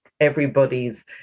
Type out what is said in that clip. everybody's